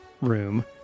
room